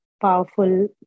powerful